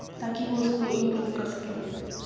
تاکہ وہ اس کو امپروو کر سکیں